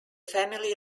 family